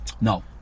No